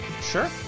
Sure